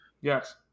Yes